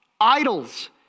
idols